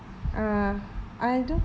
err I don't